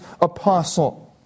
apostle